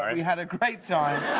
um we had a great time.